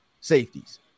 safeties